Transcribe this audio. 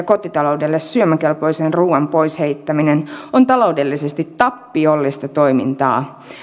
kotitaloudelle syömäkelpoisen ruuan pois heittäminen on taloudellisesti tappiollista toimintaa